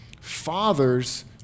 fathers